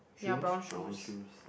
shoes brown shoes